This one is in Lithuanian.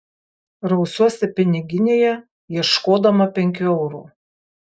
rausiuosi piniginėje ieškodama penkių eurų